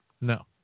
No